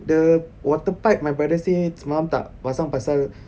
the water pipe my brother say semalam tak pasang pasal